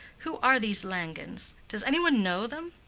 who are these langens? does anybody know them?